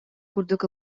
курдук